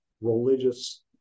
religious